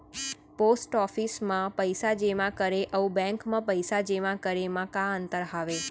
post office मा पइसा जेमा करे अऊ बैंक मा पइसा जेमा करे मा का अंतर हावे